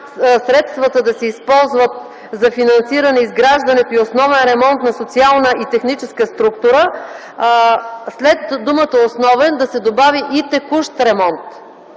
средствата да се използват за финансиране изграждането и основен ремонт на социална и техническа инфраструктура, след думата „основен” да се добави „и текущ” ремонт